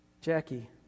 Jackie